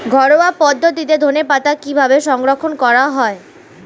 ঘরোয়া পদ্ধতিতে ধনেপাতা কিভাবে সংরক্ষণ করা হয়?